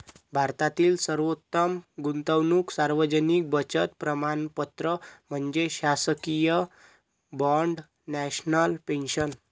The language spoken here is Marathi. भारतातील सर्वोत्तम गुंतवणूक सार्वजनिक बचत प्रमाणपत्र म्हणजे शासकीय बाँड नॅशनल पेन्शन